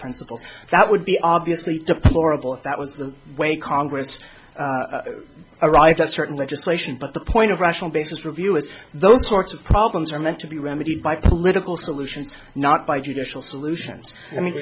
principle that would be obviously deplorable that was the way congress arrived at certain legislation but the point of rational basis review is those sorts of problems are meant to be remedied by political solutions not by judicial solutions i mean